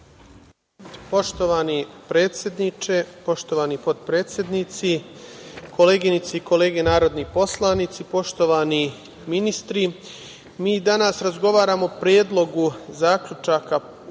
Poštovani predsedniče, poštovani potpredsednici, koleginice i kolege narodni poslanici, poštovani ministri, mi danas razgovaramo o Predlogu zaključka povodom